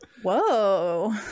Whoa